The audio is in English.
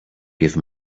give